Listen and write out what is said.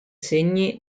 segni